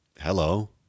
hello